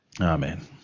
Amen